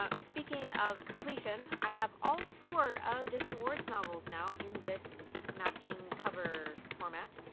ah speaking of completion, i have all four of jesmyn ward's novels. now in this matching cover format,